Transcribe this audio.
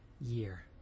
year